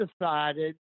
decided